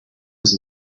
was